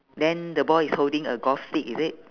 then the boy is holding a golf stick is it